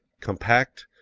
compact,